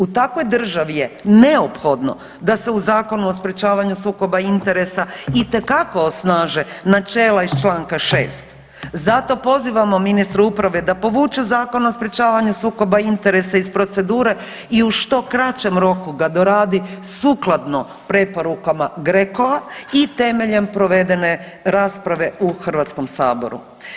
U takvoj državi je neophodno da se u Zakonu o sprječavanju sukoba interesa itekako osnaže načela iz članka 6. zato pozivamo ministra uprave da povuče Zakon o sprječavanju sukoba interesa iz procedure i u što kraćem roku ga doradi sukladno preporukama GRECO-a i temeljem provedene rasprave u Hrvatskom saboru.